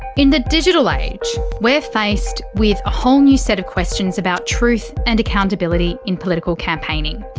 in the digital age, we're faced with a whole new set of questions about truth and accountability in political campaigning.